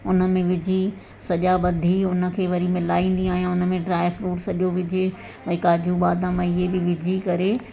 उन में विझी सॼा बंधी उन खे वरी मिलाईंदी आहियां उन में ड्राईफ्रूट सॼो विझे ऐं काजू बादाम इहे बि विझी करे